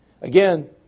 Again